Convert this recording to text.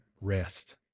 rest